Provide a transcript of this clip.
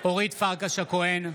הכהן,